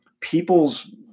people's